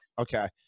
Okay